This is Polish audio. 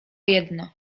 jedno